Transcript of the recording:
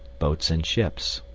boats and ships